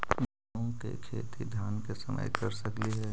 मुंग के खेती धान के समय कर सकती हे?